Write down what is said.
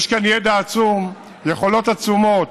יש כאן ידע עצום, יכולות עצומות.